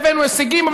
והבאנו הישגים.